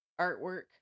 artwork